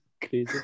crazy